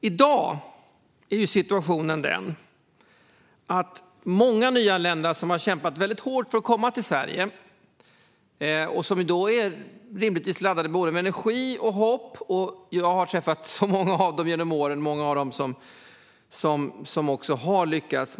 Jag har genom åren träffat många av de nyanlända som har kämpat väldigt hårt för att komma till Sverige och som rimligtvis är laddade med energi, hopp och en enorm vilja att lyckas i det nya landet, och många har också lyckats.